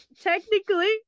technically